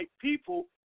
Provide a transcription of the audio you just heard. people